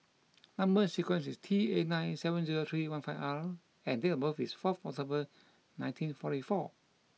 number sequence is T eight nine seven zero three one five R and date of birth is fourth October nineteen forty four